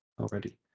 already